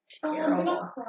terrible